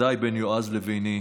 ובוודאי בין יועז לביני.